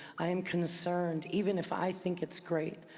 i am concerned, even if i think it's great,